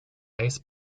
ice